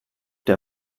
der